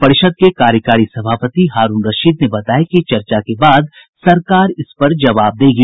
परिषद के कार्यकारी सभापति हारूण रशीद ने बताया कि चर्चा के बाद सरकार इस पर जवाब देगी